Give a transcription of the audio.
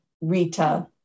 Rita